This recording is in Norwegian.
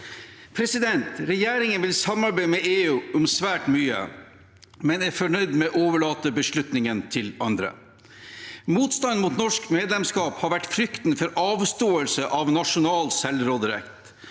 ferd. Regjeringen vil samarbeide med EU om svært mye, men er fornøyd med å overlate beslutningen til andre. Motstanden mot norsk medlemskap har vært frykten for avståelse av nasjonal selvråderett.